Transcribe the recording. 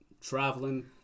Traveling